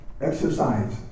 Exercise